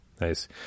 Nice